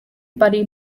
buddy